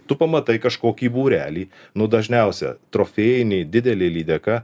tu pamatai kažkokį būrelį nu dažniausia trofėjiniai didelė lydeka